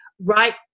right